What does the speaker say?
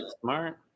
Smart